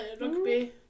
rugby